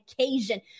occasion